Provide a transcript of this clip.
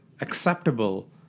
acceptable